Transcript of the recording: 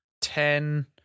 ten